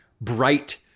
bright